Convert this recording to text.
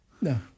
No